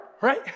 right